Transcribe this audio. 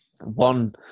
One